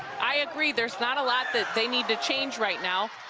i agree there's not a lot that they needto change right now.